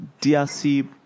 DRC